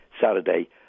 Saturday